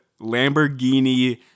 Lamborghini